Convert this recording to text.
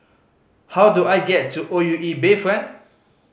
how do I get to O U E Bayfront